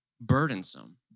burdensome